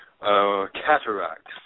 cataracts